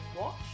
Watch